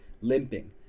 limping